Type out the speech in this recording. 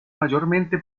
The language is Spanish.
mayormente